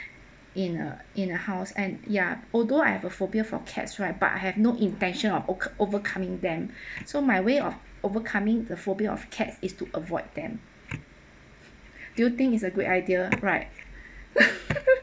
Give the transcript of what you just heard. in a in a house and ya although I have a phobia for cats right but I have no intention of oak~ overcoming them so my way of overcoming the phobia of cats is to avoid them do you think is a good idea right